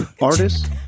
Artists